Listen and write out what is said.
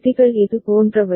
விதிகள் இது போன்றவை